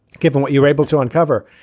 given what you were able to uncover.